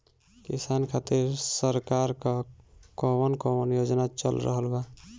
किसान खातिर सरकार क कवन कवन योजना चल रहल बा?